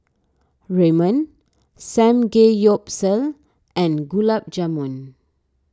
Ramen Samgeyopsal and Gulab Jamun